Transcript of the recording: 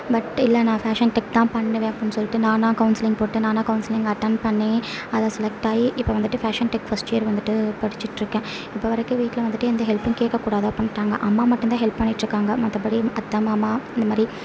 but இல்லை நான் fashion tech தான் பண்ணுவேன் அப்படினு சொல்லிட்டு நானாக கவுன்ஸ்லிங் போட்டு நானாக கவுன்ஸ்லிங் அட்டன் பண்ணி அதில் செலெக்ட் ஆகி இப்போ வந்துட்டு ஃபேஷன் டெக் ஃபர்ஸ்ட் இயர் வந்துட்டு படிச்சிட்டுருக்கேன் இப்போ வரைக்கும் வீட்டில் வந்துட்டு எந்த ஹெல்ப்பும் கேட்க கூடாது அப்படினுட்டாங்க அம்மா மட்டும்தான் ஹெல்ப் பண்ணிட்டுருக்காங்க மற்றபடி அத்தை மாமா இந்த மாதிரி